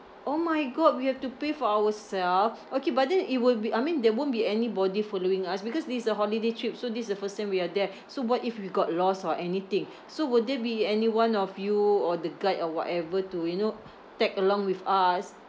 oh my god we have to pay for ourself okay but then it will be I mean there won't be anybody following us because this is a holiday trip so this is the first time we are there so what if we got lost or anything so will there be any one of you or the guide or whatever to you know tag along with us